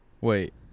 Wait